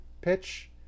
pitch